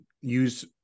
use